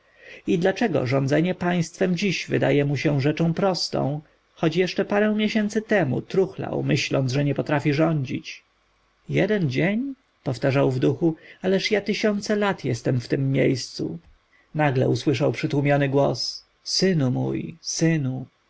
i dlaczego rządzenie państwem dziś wydaje mu się rzeczą prostą choć jeszcze parę miesięcy temu truchlał że nie potrafi rządzić jeden dzień powtarzał w duchu ależ ja tysiące lat jestem w tem miejscu nagle usłyszał przytłumiony głos synu mój synu